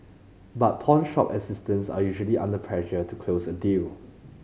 but pawnshop assistants are usually under pressure to close a deal